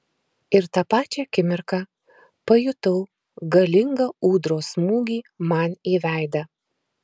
ir tą pačią akimirką pajutau galingą ūdros smūgį man į veidą